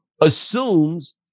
assumes